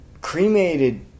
cremated